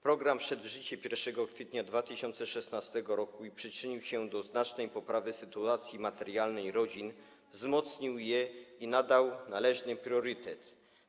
Program wszedł w życie 1 kwietnia 2016 r. i przyczynił się do znacznej poprawy sytuacji materialnej rodzin, wzmocnił je i nadał im należny priorytet.